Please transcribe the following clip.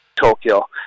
Tokyo